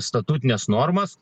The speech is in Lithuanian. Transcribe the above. statutines normas